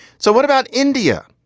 so what about india?